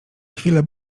chwile